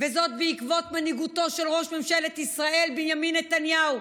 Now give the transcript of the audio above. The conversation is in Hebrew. וזאת בעקבות מנהיגותו של ראש ממשלת ישראל בנימין נתניהו,